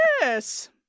yes